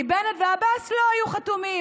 כי בנט ועבאס לא היו חתומים.